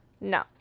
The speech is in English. No